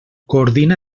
coordina